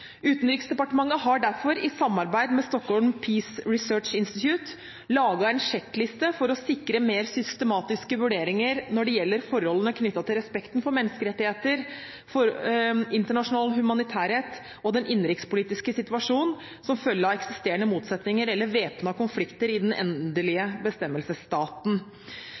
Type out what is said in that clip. Utenriksdepartementet har derfor i samarbeid med Stockholm International Peace Research Institute laget en sjekkliste for å sikre mer systematiske vurderinger når det gjelder forholdene knyttet til respekten for menneskerettigheter, internasjonal humanitærrett og den innenrikspolitiske situasjonen som følge av eksisterende motsetninger eller væpnede konflikter i den endelige